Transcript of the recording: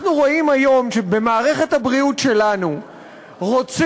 אנחנו רואים היום שבמערכת הבריאות שלנו רוצים